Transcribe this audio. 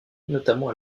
notamment